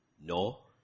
no